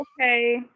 Okay